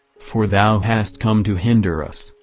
for thou hast come to hinder us,